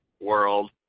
world